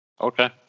Okay